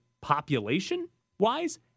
population-wise